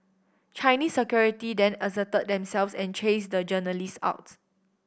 Chinese security then asserted themselves and chased the journalists out